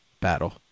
battle